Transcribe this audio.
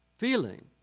feeling